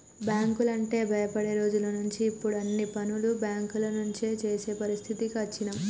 బ్యేంకులంటే భయపడే రోజులనుంచి ఇప్పుడు అన్ని పనులు బ్యేంకుల నుంచే జేసే పరిస్థితికి అచ్చినం